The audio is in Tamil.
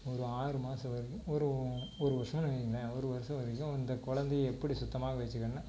ஒரு ஆறு மாதம் வரைக்கும் ஒரு ஒரு வருஷன்னு வைங்களேன் ஒரு வருஷம் வரைக்கும் இந்தக் கொழந்தய எப்படி சுத்தமாக வச்சிக்கணுன்னா